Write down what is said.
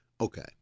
Okay